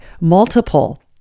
multiple